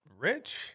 rich